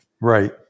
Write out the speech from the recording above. Right